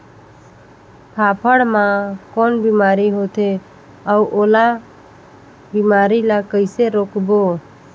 फाफण मा कौन बीमारी होथे अउ ओला बीमारी ला कइसे रोकबो?